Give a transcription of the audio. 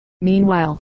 Meanwhile